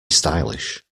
stylish